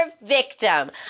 victim